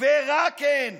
ורק הן